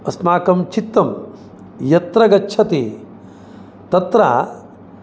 अस्माकं चित्तं यत्र गच्छति तत्र